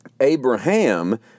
Abraham